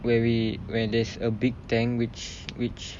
where we where there's a big tank which which